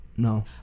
No